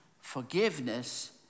Forgiveness